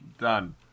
done